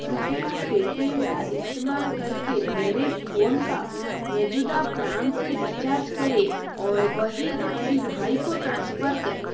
कृपया पेटीएम का इस्तेमाल कर के मेरे फ़ोन का मौजूदा प्लान से रिचार्ज करें और वही राशि भाई को ट्रांसफ़र करें